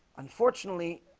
unfortunately